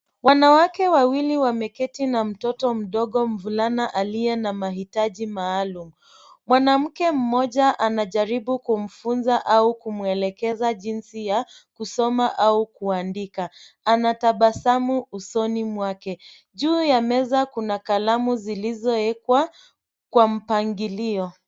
Wanawake wawili wameketi na mtoto mdogo mvulana aliye na mahitaji maalum, mwanamke mmoja anajaribu kumfunza au kumwelekeza jinsi ya kusoma au kuandika. Anatabasamu usoni mwake, juu ya meza kuna kalamu zilizowekwa, kwa mpangilio.